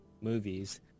movies